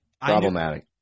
Problematic